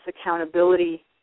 accountability